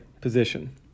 position